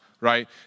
right